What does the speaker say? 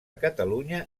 catalunya